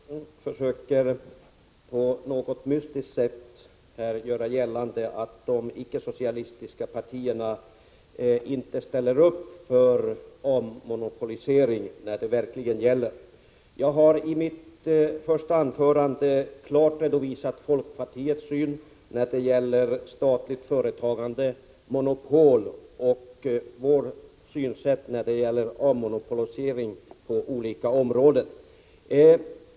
Herr talman! Kurt Hugosson försöker på något mystiskt sätt göra gällande att de icke-socialistiska partierna inte ställer upp för avmonopolisering när det verkligen gäller. Jag har i mitt första anförande klart redovisat folkpartiets syn på statligt företagande, monopol och avmonopolisering på olika områden.